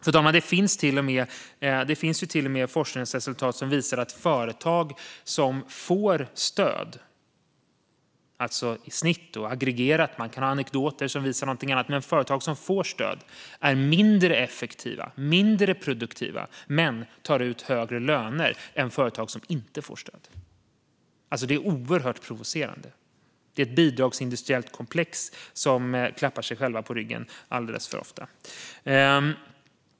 Man kan ha anekdoter som visar något annat, men det finns till och med forskningsresultat som visar att företag som får stöd - alltså i snitt, aggregerat - är mindre effektiva och produktiva men tar ut högre löner än företag som inte får stöd. Det är oerhört provocerande. Det är ett bidragsindustriellt komplex där man klappar sig själv på axeln alldeles för ofta.